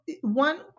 one